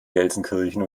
gelsenkirchen